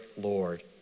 Lord